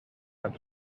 and